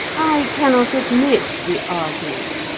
i cannot admit the argument.